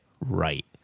right